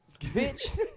Bitch